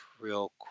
real